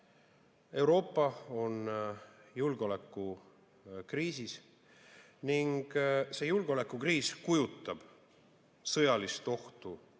Euroopa on julgeolekukriisis ning see julgeolekukriis kujutab sõjalist ohtu